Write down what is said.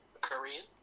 korean